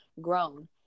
grown